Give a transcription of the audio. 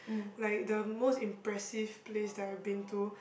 like the most impressive place that I've been to